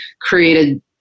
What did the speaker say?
created